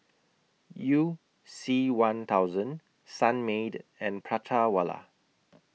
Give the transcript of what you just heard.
YOU C one thousand Sunmaid and Prata Wala